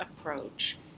approach